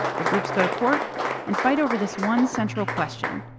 the groups go to court and fight over this one central question.